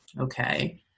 Okay